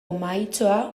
mahaitxoa